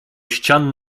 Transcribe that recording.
ścian